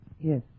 Yes